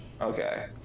Okay